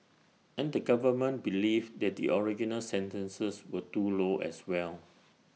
and the government believed that the original sentences were too low as well